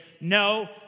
no